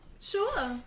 Sure